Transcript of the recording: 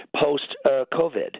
post-COVID